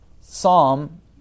psalm